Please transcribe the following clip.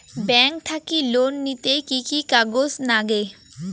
Bank থাকি loan নিতে কি কি কাগজ নাগে?